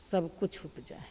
सबकिछ उपजै हइ